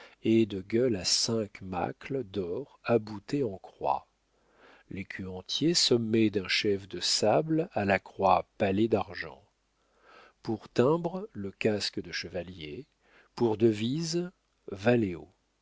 et de gueules à cinq mâcles d'or aboutées en croix l'écu entier sommé d'un chef de sable à la croix palée d'argent pour timbre le casque de chevalier pour devise